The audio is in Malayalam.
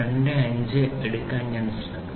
250 എടുക്കാൻ ഞാൻ ശ്രമിക്കുന്നു